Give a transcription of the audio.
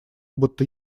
будто